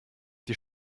die